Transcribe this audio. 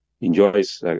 enjoys